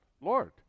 Lord